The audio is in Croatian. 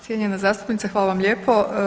Cijenjena zastupnice, hvala vam lijepo.